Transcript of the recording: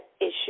issue